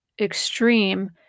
extreme